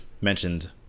mentioned